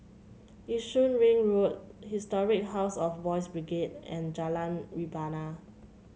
Yishun Ring Road Historic House of Boys' Brigade and Jalan Rebana